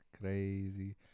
crazy